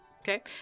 Okay